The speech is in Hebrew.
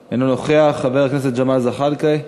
גטאס, אינו נוכח, חבר הכנסת ג'מאל זחאלקה,